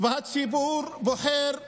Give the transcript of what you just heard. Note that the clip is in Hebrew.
והציבור בוחר בה.